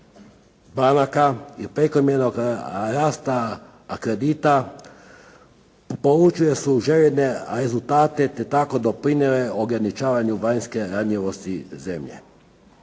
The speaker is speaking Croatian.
banaka i prekomjernog rasta kredita polučuje željene rezultate te tako doprinijele ograničavanju vanjske ranjivosti zemlje.